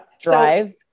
drive